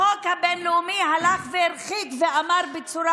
החוק הבין-לאומי הלך והרחיק ואמר בצורה